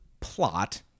plot